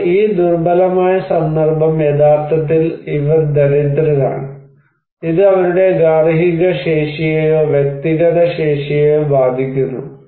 ഇപ്പോൾ ഈ ദുർബലമായ സന്ദർഭം യഥാർത്ഥത്തിൽ ഇവർ ദരിദ്രരാണ് ഇത് അവരുടെ ഗാർഹിക ശേഷിയെയോ വ്യക്തിഗത ശേഷിയെയോ ബാധിക്കുന്നു